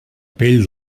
pell